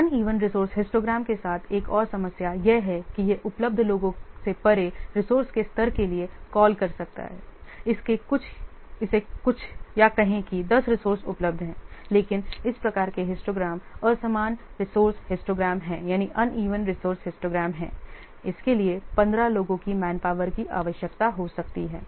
इसलिए uneven resource histogram के साथ एक और समस्या यह है कि यह उपलब्ध लोगों से परे रिसोर्स के स्तर के लिए कॉल कर सकता है इसके कुछ या कहें कि 10 रिसोर्स उपलब्ध हैं लेकिन इस प्रकार के हिस्टोग्राम असमान रिसोर्स हिस्टोग्राम है इसके लिए 15 लोगो की मैनपावर की आवश्यकता हो सकती है